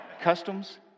Customs